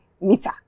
meter